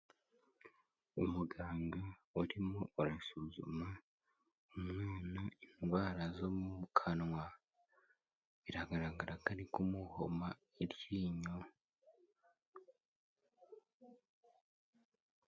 Umuganga urimo arasuzuma umwana indwara zo mu kanwa biragaragara ko ari kumuhoma iryinyo.